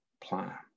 plan